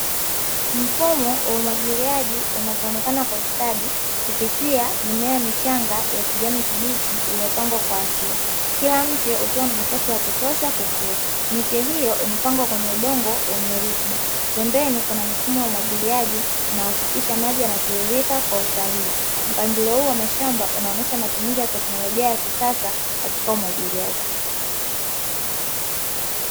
Mfumo wa umwagiliaji unavyoonekana kwa ustadi kupitia mimea michanga ya kijani kibichi iliyopangwa kwa hatua, kila mtu ukiwa na nafasi ya kutosha huku miche hiyo imepangwa kwenye udongo wenye rutuba, pembeni kuna mifumo ya umwagiliaji unahakikisha maji yanatiririka kwa usahihi mpangilio huu wa mashamba unaonyesha matumizi ya teknolojia ya kisasa katika umwagiliaji.